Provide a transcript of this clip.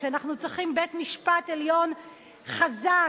כשאנחנו צריכים בית-משפט עליון חזק,